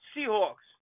Seahawks